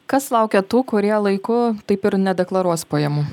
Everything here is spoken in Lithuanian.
kas laukia tų kurie laiku taip ir nedeklaruos pajamų